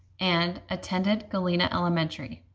and attended galena elementary.